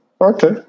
Okay